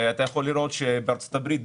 אתה יכול לראות שבארצות הברית,